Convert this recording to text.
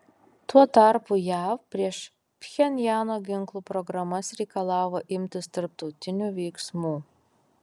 tuo tarpu jav prieš pchenjano ginklų programas reikalavo imtis tarptautinių veiksmų